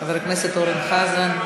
חבר הכנסת אורן חזן.